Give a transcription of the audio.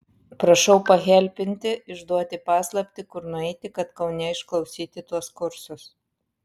prašau pahelpinti išduoti paslaptį kur nueiti kad kaune išklausyti tuos kursus